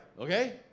Okay